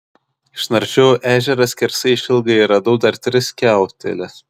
išnaršiau ežerą skersai išilgai ir radau dar tris skiauteles